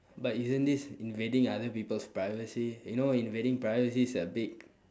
but isn't this invading other people's privacy you know invading privacy is a big